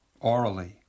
orally